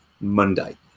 Monday